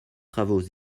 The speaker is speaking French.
travaux